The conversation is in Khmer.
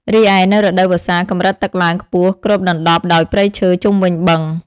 រីឯ នៅរដូវវស្សា កម្រិតទឹកឡើងខ្ពស់គ្របដណ្ដប់ដោយព្រៃឈើជុំវិញបឹង។